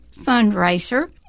fundraiser